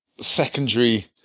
secondary